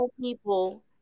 people